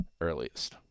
earliest